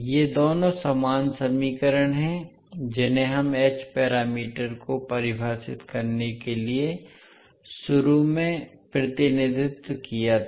ये दोनों समान समीकरण हैं जिन्हें हमने एच पैरामीटर को परिभाषित करने के लिए शुरू में प्रतिनिधित्व किया था